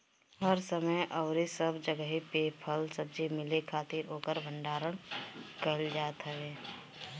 हर समय अउरी सब जगही पे फल सब्जी मिले खातिर ओकर भण्डारण कईल जात हवे